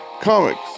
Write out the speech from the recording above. comics